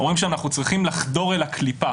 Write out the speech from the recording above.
אומרים שאנחנו צריכים לחדור אל הקליפה,